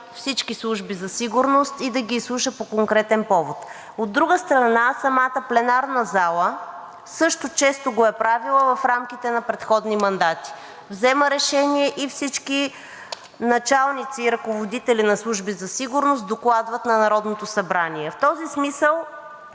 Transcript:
всички служби за сигурност и да ги изслуша по конкретен повод. От друга страна, самата пленарна зала също често го е правила в рамките на предходни мандати – взема решение и всички началници и ръководители на служби за сигурност докладват на Народното събрание. В този смисъл